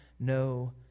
No